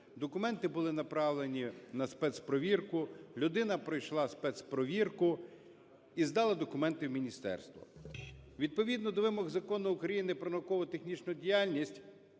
документи були направлені на спецперевірку. Людина пройшла спецперевірку і здала документи в міністерство. Відповідно до вимог Закону України про науково-технічну діяльність